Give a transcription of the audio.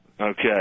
Okay